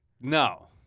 No